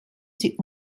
sie